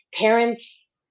Parents